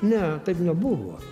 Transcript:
ne taip nebuvo